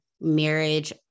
marriage